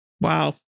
Wow